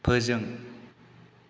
फोजों